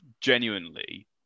genuinely